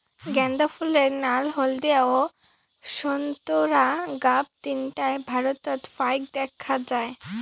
গ্যান্দা ফুলের নাল, হলদিয়া ও সোন্তোরা গাব তিনটায় ভারতত ফাইক দ্যাখ্যা যায়